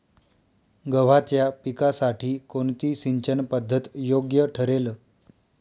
गव्हाच्या पिकासाठी कोणती सिंचन पद्धत योग्य ठरेल?